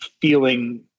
feeling